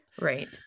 right